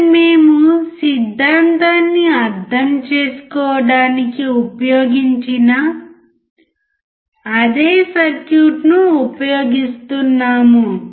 ఇక్కడ మేము సిద్ధాంతాన్ని అర్థం చేసుకోవడానికి ఉపయోగించిన అదే సర్క్యూట్ను ఉపయోగిస్తున్నాము